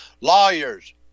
Lawyers